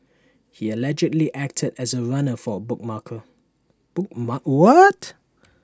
he allegedly acted as A runner for A bookmaker book mark what